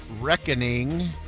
Reckoning